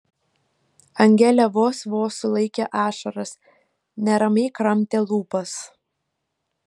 angelė vos vos sulaikė ašaras neramiai kramtė lūpas